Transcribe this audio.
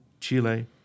Chile